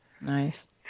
Nice